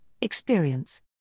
experience